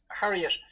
Harriet